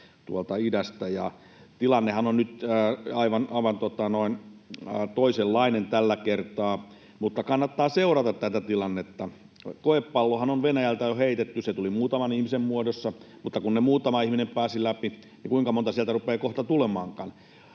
tuolta idästä. Tilannehan on aivan toisenlainen tällä kertaa, mutta kannattaa seurata tätä tilannetta. Koepallohan on Venäjältä jo heitetty. Se tuli muutaman ihmisen muodossa, mutta kun ne muutama ihminen pääsivät läpi, niin kuinka monta sieltä rupeaa kohta tulemaankaan.